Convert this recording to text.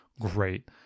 Great